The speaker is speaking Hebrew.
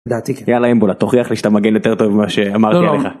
יאללה אמבולה תוכיח לי שאתה מגן יותר טוב מה שאמרתי עליך